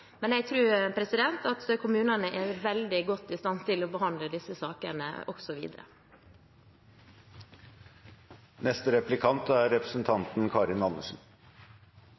Men jeg tror at kommunene er veldig godt i stand til å behandle disse sakene – også framover. Hvis kommunene er